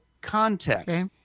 context